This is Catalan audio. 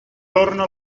torna